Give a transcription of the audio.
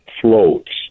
floats